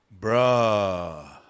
Bruh